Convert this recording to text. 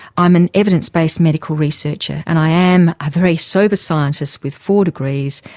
i'm an evidence-based medical researcher and i am a very sober scientist with four degrees,